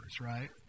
right